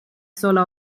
solo